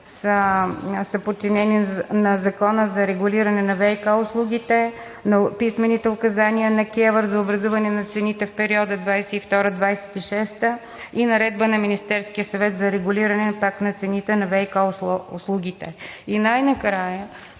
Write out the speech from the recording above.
са подчинени на Закона за регулиране на ВиК услугите, на писмените указания на КЕВР за образуване на цените в периода 2022 – 2026 г. и Наредба на Министерския съвет за регулиране на цените на ВиК услугите. Най-накрая